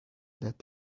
that